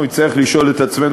אנחנו נצטרך לשאול את עצמנו,